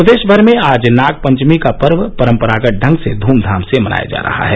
प्रदेश भर में आज नागपंचमी का पर्व परम्परागत ढंग से धूमधाम से मनाया जा रहा है